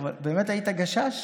באמת היית גשש?